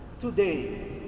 today